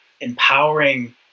empowering